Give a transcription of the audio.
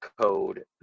code